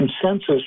consensus